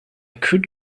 could